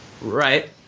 Right